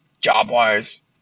job-wise